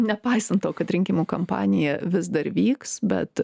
nepaisant to kad rinkimų kampanija vis dar vyks bet